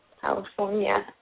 California